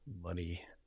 Money